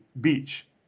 beach